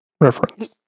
reference